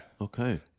Okay